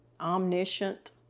omniscient